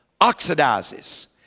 oxidizes